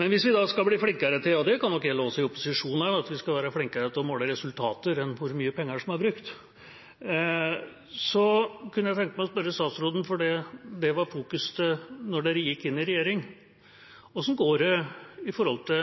Hvis vi da skal bli flinkere – det kan nok gjelde også for opposisjonen at vi skal være flinkere til å måle resultater enn hvor mye penger som er brukt – kunne jeg tenke meg å spørre statsråden, for det var i fokus da de gikk inn i regjering: Hvordan går det